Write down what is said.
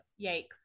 Yikes